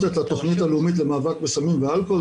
את התוכנית הלאומית למאבק בסמים ואלכוהול,